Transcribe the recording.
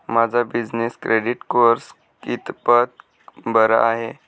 माझा business credit score कितपत बरा आहे?